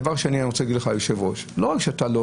אני רוצה לומר לך היושב ראש שלא רק שאתה לא